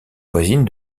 voisine